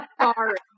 Sorry